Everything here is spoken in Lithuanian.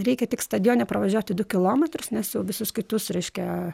reikia tik stadione pravažiuoti du kilometrus nes jau visus kitus reiškia